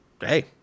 hey